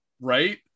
Right